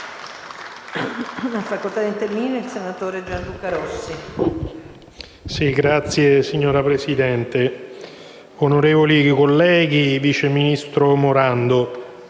*(PD)*. Signora Presidente, onorevoli colleghi, vice ministro Morando,